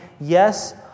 Yes